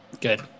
good